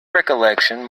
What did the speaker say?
recollection